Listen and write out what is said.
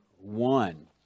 one